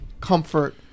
comfort